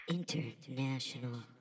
International